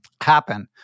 happen